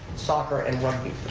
soccer, and rugby,